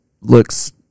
looks